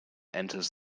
enters